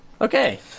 Okay